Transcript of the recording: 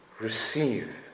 Receive